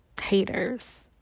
haters